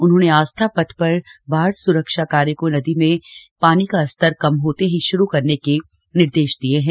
उन्होंने आस्था पथ पर बाढ़ स्रक्षा कार्य को नदी में पानी का स्तर कम होते ही शुरू करने के निर्देश दिये हैं